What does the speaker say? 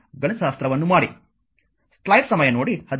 ಆದ್ದರಿಂದ ಒಂದರ ನಂತರ ಒಂದನ್ನು ಬದಲಿಸಿ